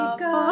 go